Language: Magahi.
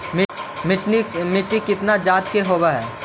मिट्टी कितना जात के होब हय?